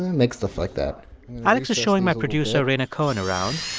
make stuff like that alex is showing my producer, rhaina cohen, around.